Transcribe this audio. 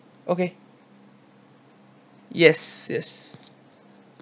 okay yes yes